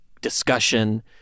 discussion